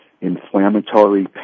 inflammatory